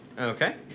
Okay